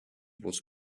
was